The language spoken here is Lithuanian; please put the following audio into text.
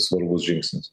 svarbus žingsnis